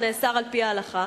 שנאסר על-פי ההלכה,